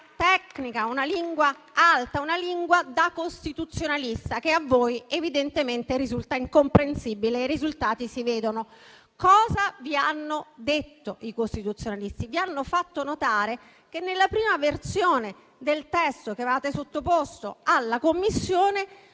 tecnica, una lingua alta, una lingua da costituzionalista, che a voi evidentemente risulta incomprensibile e i risultati si vedono. Cosa vi hanno detto i costituzionalisti? Vi hanno fatto notare che, nella prima versione del testo che avevate sottoposto alla Commissione,